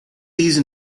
these